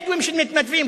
בדואים שמתנדבים,